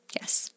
Yes